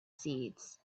seeds